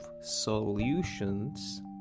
solutions